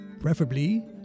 Preferably